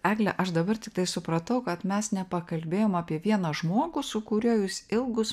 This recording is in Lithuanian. egle aš dabar tiktai supratau kad mes nepakalbėjom apie vieną žmogų su kuriuo jūs ilgus